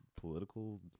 political